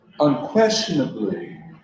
unquestionably